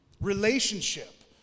relationship